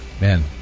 Man